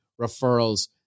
referrals